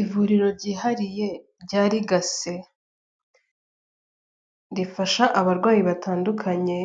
Ivuriro ryihariye rya rigase rifasha abarwayi batandukanye